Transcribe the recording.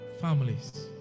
Families